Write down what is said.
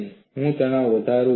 હવે હું તણાવ વધારે છે